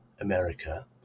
America